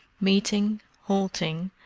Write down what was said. meeting, halting,